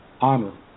Honor